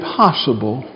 possible